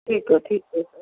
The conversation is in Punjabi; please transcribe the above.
ਠੀਕ ਹੈ ਠੀਕ ਹੈ ਸਰ